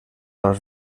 als